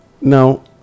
now